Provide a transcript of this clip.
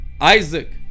Isaac